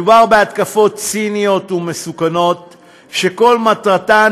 מדובר בהתקפות ציניות ומסוכנות שכל מטרתן